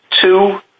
two